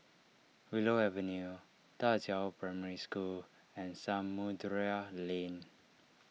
Willow Avenue Da Qiao Primary School and Samudera Lane